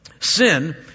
Sin